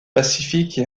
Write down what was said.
pacifique